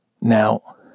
Now